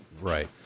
Right